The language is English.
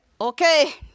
okay